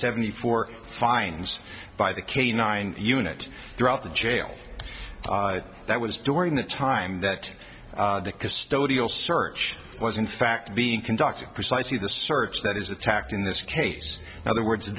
seventy four fines by the canine unit throughout the jail that was during the time that the custodial search was in fact being conducted precisely the search that is attacked in this case now the words